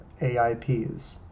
AIPs